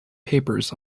papers